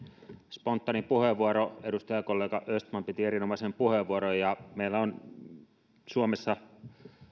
spontaani puheenvuoro edustajakollega östman piti erinomaisen puheenvuoron meillä on suomessa